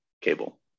cable